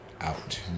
out